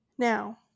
Now